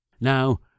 Now